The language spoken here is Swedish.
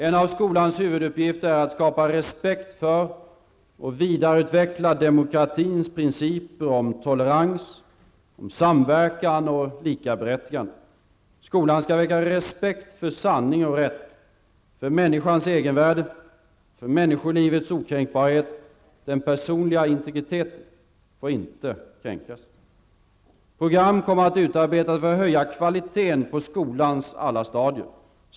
En av skolans huvuduppgifter är att skapa respekt för och vidareutveckla demokratins principer om tolerans, samverkan och likaberättigande. Skolan skall väcka respekt för sanning och rätt, för människans egenvärde och för människolivets okränkbarhet. Den personliga integriteten får inte kränkas. Program kommer att utarbeas för att höja kvaliteten på skolans alla stadier.